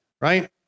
right